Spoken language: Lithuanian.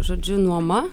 žodžiu nuoma